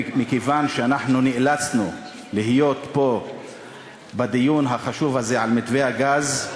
מכיוון שאנחנו נאלצנו להיות פה בדיון החשוב הזה על מתווה הגז,